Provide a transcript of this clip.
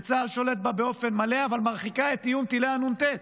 שצה"ל שולט בה באופן מלא אבל היא מרחיקה את איום טילי הנ"ט,